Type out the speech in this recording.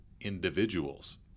individuals